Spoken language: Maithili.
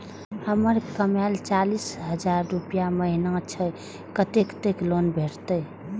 हमर कमाय चालीस हजार रूपया महिना छै कतैक तक लोन भेटते?